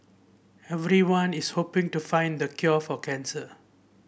everyone is hoping to find the cure for cancer